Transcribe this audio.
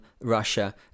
Russia